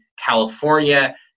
California